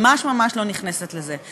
ממש לא נכנסת לזה.